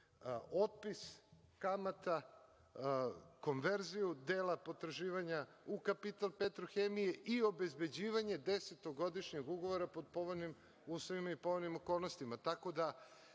otpis, kamata, konverziju dela potraživanja u kapital „Petrohemije“ i obezbeđivanje desetogodišnjeg ugovora po povoljnim uslovima i povoljnim okolnostima, tako da